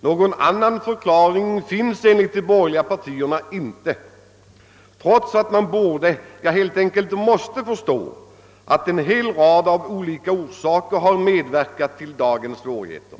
Någon annan förklaring finns enligt de borgerliga partierna inte, trots att man borde, ja, helt enkelt måste förstå att en hel rad olika orsaker med verkat till dagens svårigheter.